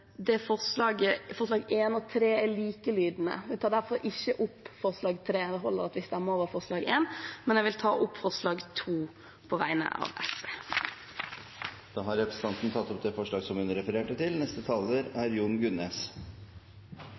og 3 er likelydende. Vi tar derfor ikke opp forslag nr. 3. Det holder at vi stemmer over forslag nr. 1. Men jeg vil ta opp forslag nr. 2, på vegne av SV. Representanten Gina Barstad har tatt opp det forslaget hun refererte til. Venstre er